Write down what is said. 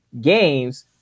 games